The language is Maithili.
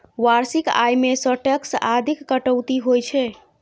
वार्षिक आय मे सं टैक्स आदिक कटौती होइ छै